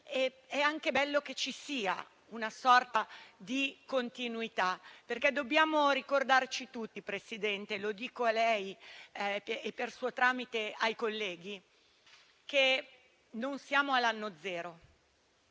È anche bello che ci sia una sorta di continuità, perché dobbiamo ricordarci tutti, Presidente (lo dico a lei e, per suo tramite, ai colleghi), che non siamo all'anno zero.